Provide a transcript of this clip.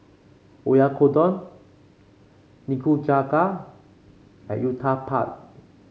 Oyakodon Nikujaga and Uthapam